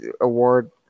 award